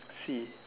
see